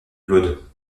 claude